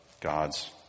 God's